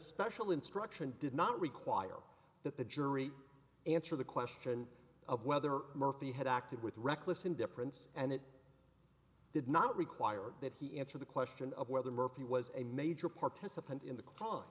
special instruction did not require that the jury answer the question of whether murphy had acted with reckless indifference and it did not require that he answer the question of whether murphy was a major participant in the c